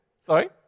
Sorry